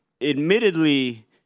admittedly